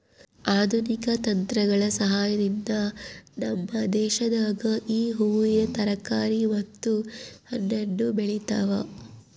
ಆಧುನಿಕ ತಂತ್ರಗಳ ಸಹಾಯದಿಂದ ನಮ್ಮ ದೇಶದಾಗ ಈ ಹೂವಿನ ತರಕಾರಿ ಮತ್ತು ಹಣ್ಣನ್ನು ಬೆಳೆತವ